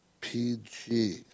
PG